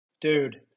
Dude